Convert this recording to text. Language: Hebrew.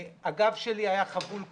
הגב שלי היה חבול כולו,